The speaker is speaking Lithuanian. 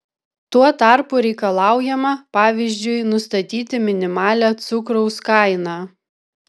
tuo tarpu reikalaujama pavyzdžiui nustatyti minimalią cukraus kainą